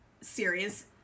series